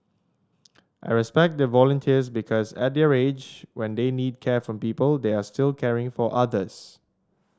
I respect their volunteers because at their age when they need care from people they are still caring for others